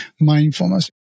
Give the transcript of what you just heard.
mindfulness